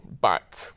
back